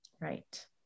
Right